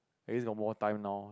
it's no more time now